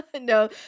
no